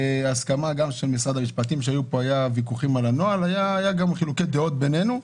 בהסכמה גם עם משרד המשפטים - היו גם חילוקי דעות בינינו.